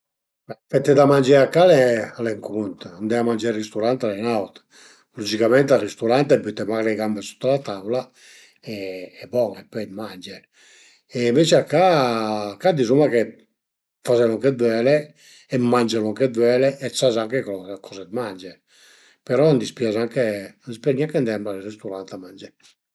Fete da mangé a ca al e al e ün cunt, andé a mangé al risturant al e ün aut. Lugicament al risturant büte mach le gambe sut a la taula e bon e pöi t'mange e ënvece a ca, a ca dizuma che faze lon che völe e mange lon che völe e sas anche coza mange, però a m'dispias anche a m'dispias gnanca andé al risturant a mangé